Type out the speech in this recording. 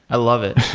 i love it.